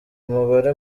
umubare